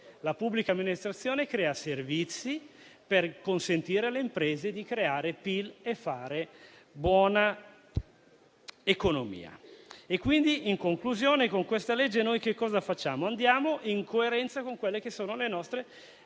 La pubblica amministrazione crea servizi per consentire alle imprese di creare PIL e fare buona economia. In conclusione, con questa legge noi ci muoviamo in coerenza con quelle che sono state le nostre